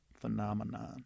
phenomenon